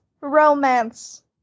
Romance